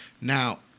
Now